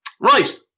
Right